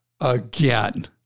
again